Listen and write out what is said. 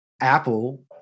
Apple